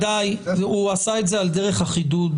הוא עשה את זה על דרך החידוד,